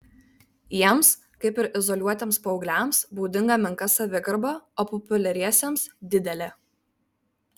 jiems kaip ir izoliuotiems paaugliams būdinga menka savigarba o populiariesiems didelė